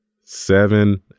seven